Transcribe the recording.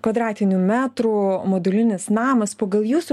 kvadratinių metrų modulinis namas pagal jūsų